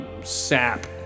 sap